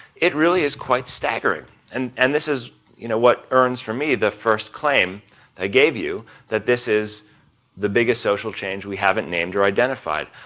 it really is quite staggering and and this is you know what earns for me the first claim i gave you that this is the biggest social change we haven't named or identified.